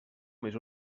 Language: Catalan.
més